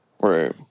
Right